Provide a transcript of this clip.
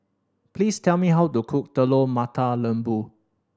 please tell me how to cook Telur Mata Lembu